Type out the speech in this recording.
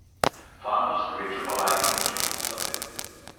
fanus kviečiu palaikinti šį puslapį